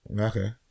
okay